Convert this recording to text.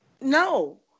No